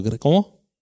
¿Cómo